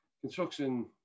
construction